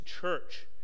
church